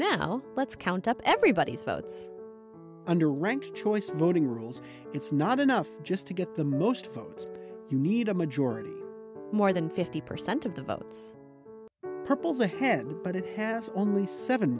now let's count up everybody's votes under rank choice voting rules it's not enough just to get the most food you need a majority more than fifty percent of the votes purple's ahead but it has only seven